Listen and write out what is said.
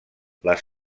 les